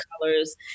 colors